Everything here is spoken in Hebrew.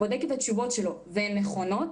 בודק את התשובות שלו ורואה שהן נכונות,